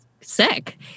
sick